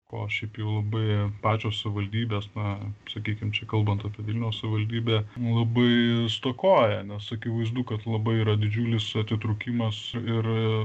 ko šiaip jau labai pačios savivaldybės na sakykim čia kalbant apie vilniaus savivaldybę labai stokoja nes akivaizdu kad labai yra didžiulis atitrūkimas ir